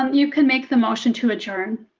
um you can make the motion to adjourn.